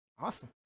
Awesome